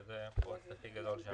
שהוא הפרויקט הכי גדול שלנו.